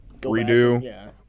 redo